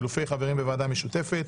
חילופי חברים בוועדה משותפת,